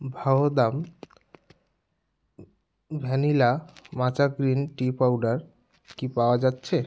Vahdam vanilla matcha green tea powder কি পাওয়া যাচ্ছে